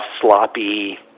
sloppy